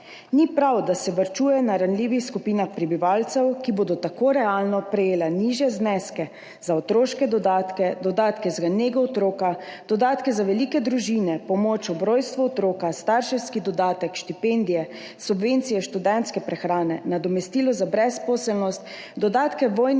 Ni prav, da se varčuje na ranljivih skupinah prebivalcev, ki bodo tako realno prejeli nižje zneske za otroške dodatke, dodatke za nego otroka, dodatke za velike družine, pomoč ob rojstvu otroka, starševski dodatek, štipendije, subvencije študentske prehrane, nadomestilo za brezposelnost, dodatke vojnih